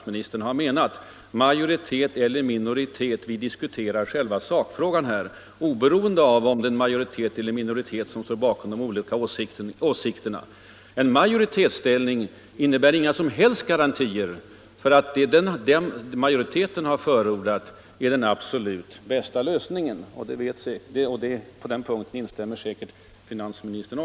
Här gäller det ju inte majoritet eller minoritet; vad vi här diskuterar är sakfrågor, oberoende av om det är en majoritet eller en minoritet som står för dessa. En majoritetsställning innebär inga som helst garantier för att det som majoriteten beslutat är den absolut bästa lösningen. Det instämmer säkert också finansministern i.